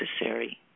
necessary